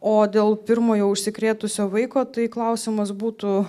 o dėl pirmojo užsikrėtusio vaiko tai klausimas būtų